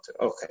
Okay